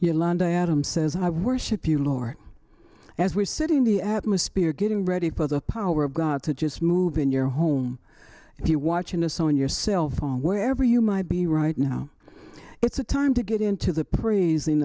linda adams says i worship you lord as we're sitting in the atmosphere getting ready for the power of god to just move in your home if you're watching us on your cell phone wherever you might be right now it's a time to get into the praising